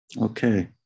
Okay